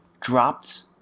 dropped